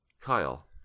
Kyle